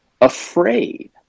afraid